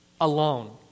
alone